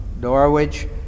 Norwich